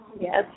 Yes